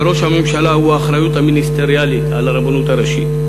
וראש הממשלה הוא בעל האחריות המיניסטריאלית לרבנות הראשית.